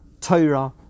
Torah